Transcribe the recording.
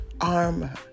armor